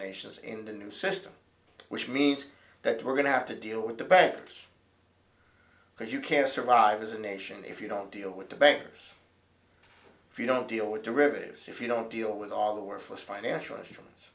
nations in the new system which means that we're going to have to deal with the bankers because you can't survive as a nation if you don't deal with the bankers if you don't deal with derivatives if you don't deal with all the work for financial